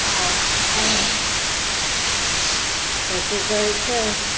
आ तऽ की कहै छै